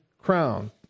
crown